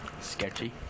Sketchy